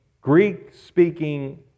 Greek-speaking